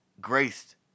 graced